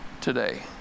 today